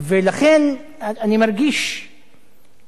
לכן, אני מרגיש כבוד